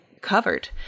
covered